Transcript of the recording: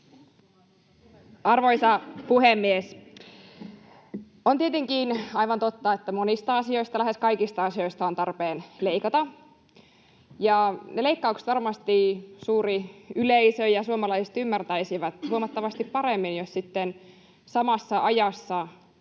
Arvoisa puhemies! On tietenkin aivan totta, että monista asioista — lähes kaikista asioista — on tarpeen leikata. Ne leik-kaukset varmasti suuri yleisö ja suomalaiset ymmärtäisivät huomattavasti paremmin, jos sitten samassa ajassa